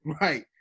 Right